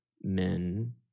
men